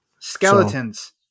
skeletons